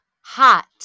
hot